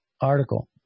article